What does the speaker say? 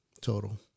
total